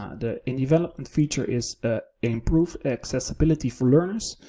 the in development feature is ah improve accessibility for learners.